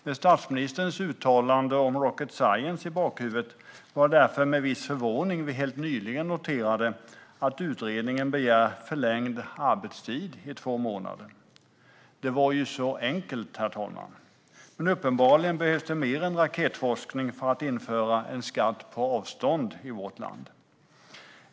Med statsministerns uttalande om rocket science i bakhuvudet var det därför med viss förvåning vi helt nyligen noterade att utredningen begär förlängd arbetstid med två månader. Det skulle ju vara så enkelt, herr talman. Men uppenbarligen behövs mer än raketforskning för att införa en skatt på avstånd i vårt land.